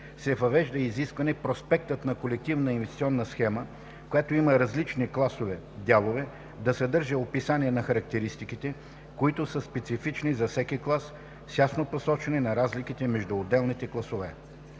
се въвежда изискване проспектът на колективна инвестиционна схема, която има различни класове дялове, да съдържа описание на характеристиките, които са специфични за всеки клас, с ясно посочване на разликите между отделните класове.